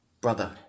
Brother